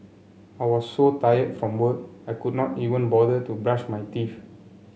I was so tired from work I could not even bother to brush my teeth